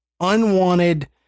unwanted